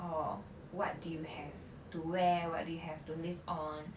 or what do you have to wear what do you have to live on